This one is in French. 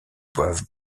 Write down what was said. boivent